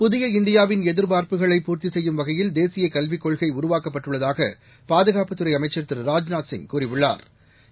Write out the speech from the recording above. புதிய இந்தியாவின் எதிர்பார்ப்புகளை பூர்த்தி செய்யும் வகையில் தேசிய கல்விக் கொள்கை உருவாக்கப்பட்டுள்ளதாக பாதுகாப்புத் துறை அமைச்சா் திரு ராஜ்நாத்சிங் கூறியுளளாா்